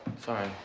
sorry.